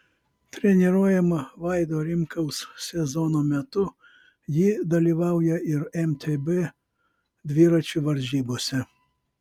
treniruojama vaido rimkaus sezono metu ji dalyvauja ir mtb dviračių varžybose